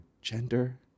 gender